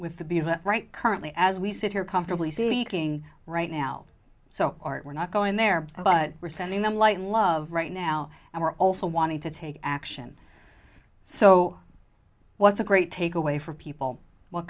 with the right currently as we sit here comfortably seeing right now so we're not going there but we're sending them light love right now and we're also wanting to take action so what's a great takeaway for people w